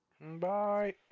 Bye